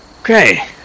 Okay